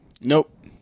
Nope